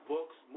Books